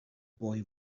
boy